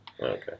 Okay